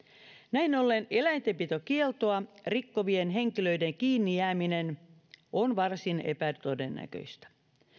näin ollen eläintenpitokieltoa rikkovien henkilöiden kiinni jääminen on varsin epätodennäköistä